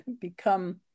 become